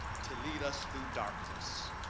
to lead us through darkness.